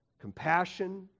compassion